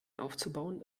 aufzubauen